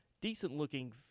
decent-looking